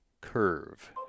Curve